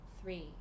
three